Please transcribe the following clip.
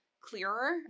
clearer